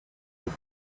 moon